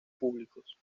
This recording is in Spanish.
públicos